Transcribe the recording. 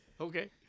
Okay